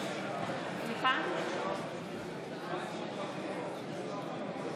מצביעה מאזן גנאים,